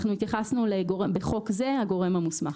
התייחסנו: בחוק זה הגורם המוסמך.